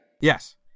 Yes